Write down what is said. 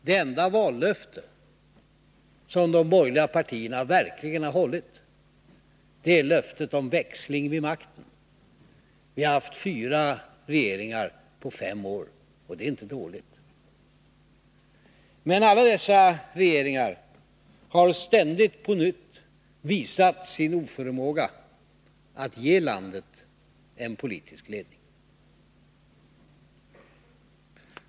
Det enda vallöfte som de borgerliga partierna verkligen har hållit är löftet om växling vid makten. Vi har haft fyra regeringar på fem år, och det är inte dåligt. Men alla dessa regeringar har ständigt på nytt visat sin oförmåga att ge landet en politisk ledning.